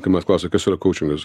kai mas klausia kas yra koučingas